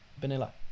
Vanilla